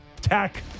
Tech